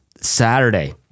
Saturday